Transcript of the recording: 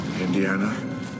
Indiana